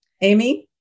Amy